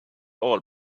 all